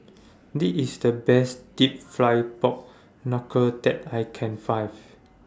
This IS The Best Deep Fried Pork Knuckle that I Can Find